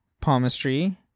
palmistry